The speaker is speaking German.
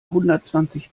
hundertzwanzig